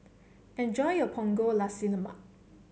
enjoy your Punggol Nasi Lemak